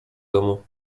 domu